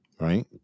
right